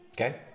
Okay